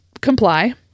comply